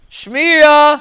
shmira